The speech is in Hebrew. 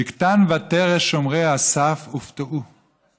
בגתן ותרש, שומרי הסף, הופתעו.